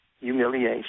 humiliation